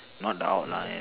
not out lah and